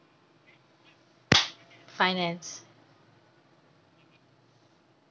finance